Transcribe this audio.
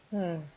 mm